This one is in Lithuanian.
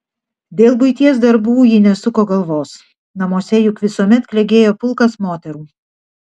dėl buities darbų ji nesuko galvos namuose juk visuomet klegėjo pulkas moterų